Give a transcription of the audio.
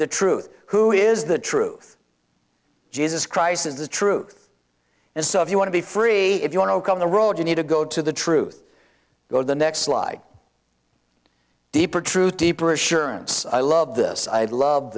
the truth who is the truth jesus christ is the truth and so if you want to be free if you want to come the road you need to go to the truth go to the next slide deeper truth deeper assurance i love this i love